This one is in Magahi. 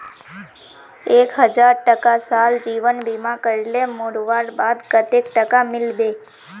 एक हजार टका साल जीवन बीमा करले मोरवार बाद कतेक टका मिलबे?